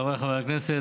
חבריי חברי הכנסת,